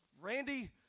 Randy